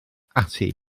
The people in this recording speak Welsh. ati